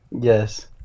Yes